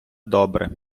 добре